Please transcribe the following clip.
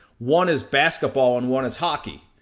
one is basketball and one is hockey.